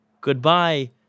goodbye